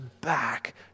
back